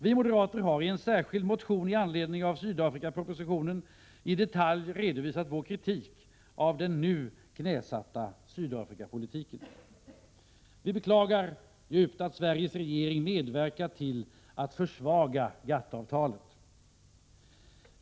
Vi moderater har i en särskild motion i anledning av Sydafrikapropositionen i detalj redovisat vår kritik av den nu knäsatta Sydafrikapolitiken. Vi beklagar djupt att Sveriges regering har medverkat till att försvaga GATT avtalet.